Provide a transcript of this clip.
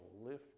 lift